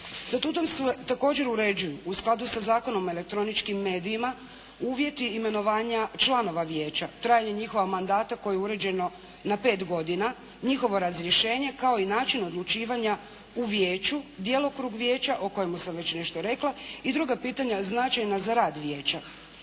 Statutom se također uređuju u skladu sa Zakonom o elektroničkim medijima uvjeti imenovanja članova vijeća, trajanje njihova mandata koje je uređeno na pet godina, njihovo razrješenje kao i način odlučivanja u vijeću, djelokrug vijeća o kojemu sam već nešto rekla i druga pitanja značajna za rad vijeća.